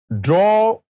draw